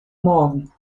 morgen